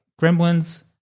Gremlins